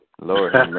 Lord